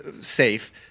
safe